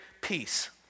Peace